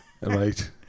right